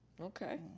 Okay